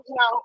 no